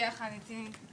יחד איתי.